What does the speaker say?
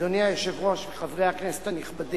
אדוני היושב-ראש וחברי הכנסת הנכבדים,